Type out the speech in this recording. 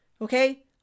Okay